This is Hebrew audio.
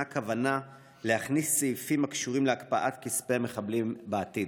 כוונה להכניס סעיפים הקשורים להקפאת כספי מחבלים בעתיד?